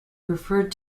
referred